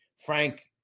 Frank